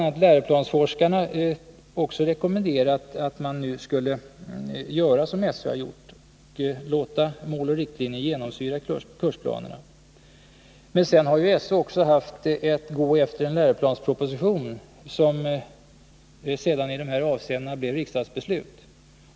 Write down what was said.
a. läroplansforskarna har också rekommenderat att man skulle göra som SÖ har gjort och låta Mål och riktlinjer genomsyra kursplanerna. Men sedan har SÖ också haft att gå efter läroplanspropositionen, som sedan i dessa avseenden blev riksdagsbeslut.